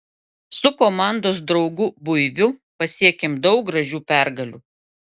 su komandos draugu buiviu pasiekėm daug gražių pergalių